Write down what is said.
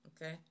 Okay